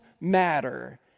matter